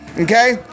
okay